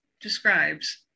describes